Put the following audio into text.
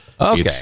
Okay